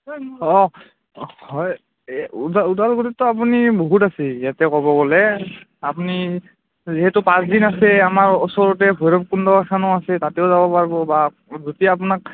অঁ হয় এই ওদাল ওদালগুৰিতটো আপুনি বহুত আছে ইয়াতে ক'ব গ'লে আপুনি যিহেতু পাঁচদিন আছে আমাৰ ওচৰতে ভৈৰৱকুণ্ডখনো আছে তাতেও যাব পাৰব বা যদি আপোনাক